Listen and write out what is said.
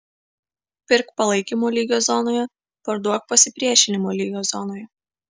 pirk palaikymo lygio zonoje parduok pasipriešinimo lygio zonoje